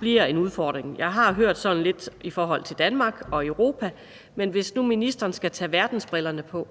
bliver en udfordring? Jeg har hørt sådan lidt i forhold til Danmark og Europa, men hvis nu ministeren skal tage verdensbrillerne på,